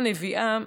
הנביאה,